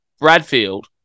Bradfield